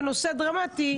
בנושא דרמטי,